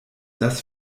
das